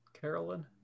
Carolyn